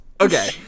Okay